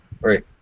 Right